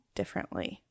differently